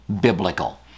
biblical